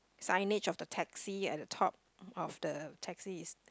signage of the taxi at the top of the taxi is